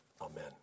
Amen